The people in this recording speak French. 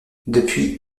depuis